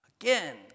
Again